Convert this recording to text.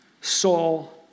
Saul